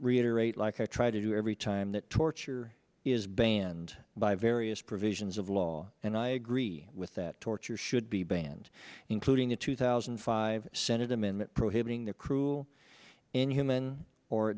reiterate like i try to do every time that torture is banned by various provisions of law and i agree with that torture should be banned including a two thousand and five senate amendment prohibiting the cruel inhuman or